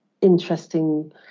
interesting